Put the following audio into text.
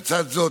לצד זאת,